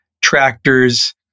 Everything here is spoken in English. tractors